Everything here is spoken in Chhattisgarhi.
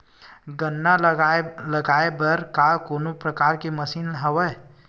गन्ना लगाये बर का कोनो प्रकार के मशीन हवय?